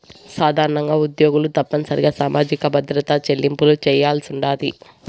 సాధారణంగా ఉద్యోగులు తప్పనిసరిగా సామాజిక భద్రత చెల్లింపులు చేయాల్సుండాది